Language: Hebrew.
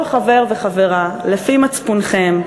כל חבר וחברה, לפי מצפונכם.